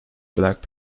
black